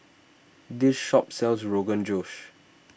this shop sells Rogan Josh